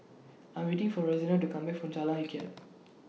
I'm waiting For Rosena to Come Back from Jalan